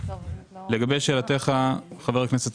לשאלת חבר הכנסת